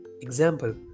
example